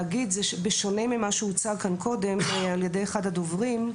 בשונה ממה שהוצג כאן קודם על ידי אחד הדוברים,